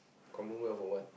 commonwealth of what